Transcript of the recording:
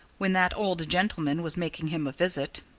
when that old gentleman was making him a visit